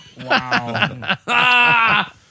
Wow